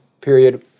period